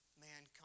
mankind